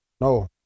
No